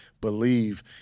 believe